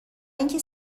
اینکه